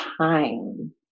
time